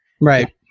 Right